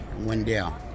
Wendell